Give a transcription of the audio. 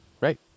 Right